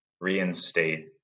reinstate